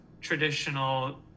traditional